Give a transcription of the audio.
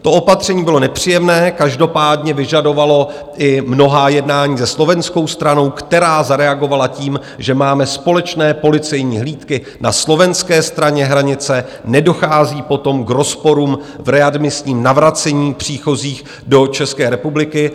To opatření bylo nepříjemné, každopádně vyžadovalo i mnohá jednání se slovenskou stranou, která zareagovala tím, že máme společné policejní hlídky na slovenské straně hranice, nedochází potom k rozporům v readmisním navracení příchozích do České republiky.